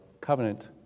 covenant